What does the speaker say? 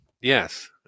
yes